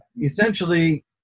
essentially